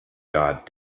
god